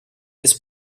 this